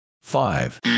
Five